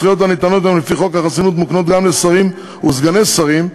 הזכויות הניתנות היום לפי חוק החסינות מוקנות גם לשרים וסגני שרים,